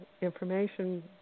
information